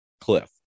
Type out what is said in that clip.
cliff